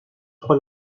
trois